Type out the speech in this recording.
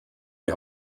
die